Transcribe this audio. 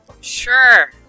Sure